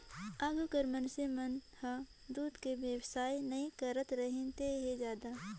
आघु कर मइनसे मन हर दूद के बेवसाय नई करतरहिन हें जादा